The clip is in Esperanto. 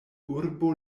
urbo